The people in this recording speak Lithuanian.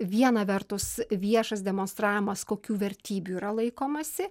viena vertus viešas demonstravimas kokių vertybių yra laikomasi